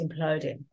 imploding